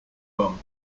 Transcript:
come